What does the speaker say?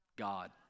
God